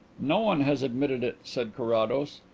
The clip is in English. no one has admitted it, said carrados.